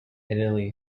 italy